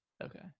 Okay